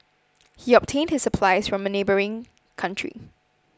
he obtained his supplies from a neighbouring country